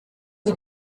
iki